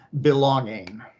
belonging